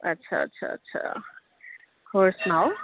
ਅੱਛਾ ਅੱਛਾ ਅੱਛਾ ਹੋਰ ਸੁਣਾਓ